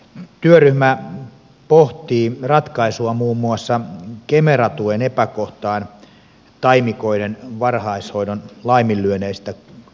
työryhmä pohtii ratkaisua muun muassa kemera tuen epäkohtaan taimikoiden varhaishoidon laiminlyönneistä